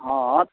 हँ